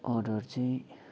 order चाहिँ